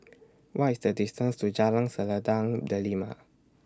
What IS The distance to Jalan Selendang Delima